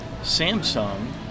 Samsung